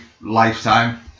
lifetime